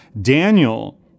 Daniel